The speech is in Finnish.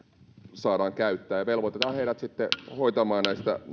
saadaan käyttää ja velvoitetaan heidät sitten hoitamaan